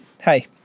hey